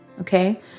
okay